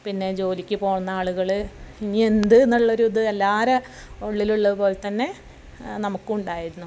പിന്നെ ജോലിക്ക് പോകുന്ന ആളുകൾ ഇനി എന്തെന്നുള്ളൊരു ഇത് എല്ലാവരേയും ഉള്ളിലുള്ളതുപോലെതന്നെ നമുക്കു ഉണ്ടായിരുന്നു